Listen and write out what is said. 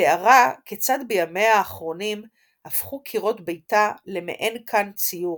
תארה כיצד בימיה האחרונים הפכו קירות ביתה למעין כן ציור.